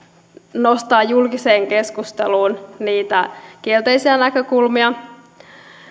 nostaa julkiseen keskusteluun niitä kielteisiä näkökulmia